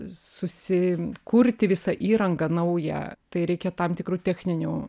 susikurti visą įrangą naują tai reikia tam tikrų techninių